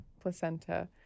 placenta